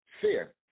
fear